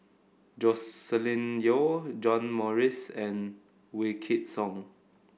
Joscelin Yeo John Morrice and Wykidd Song